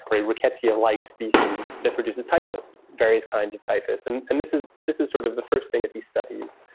riquetti, and like species that produces typhus, various kinds of typhus. and and this is this is sort of the first thing that he studies.